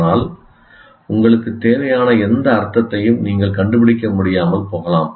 ஆனால் உங்களுக்கு தேவையான எந்த அர்த்தத்தையும் நீங்கள் கண்டுபிடிக்க முடியாமல் போகலாம்